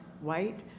white